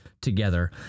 together